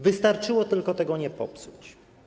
Wystarczyło tylko tego nie popsuć.